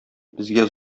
безгә